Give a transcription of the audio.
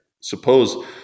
suppose